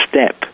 step